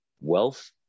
wealth